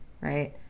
right